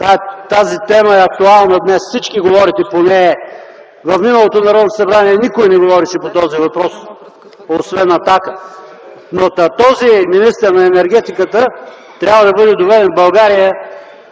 тази тема е актуална днес. Всички говорите по нея. В миналото Народно събрание никой не говореше по този въпрос освен „Атака”. Този министър на енергетиката трябва да бъде доведен в България